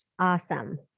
Awesome